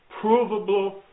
provable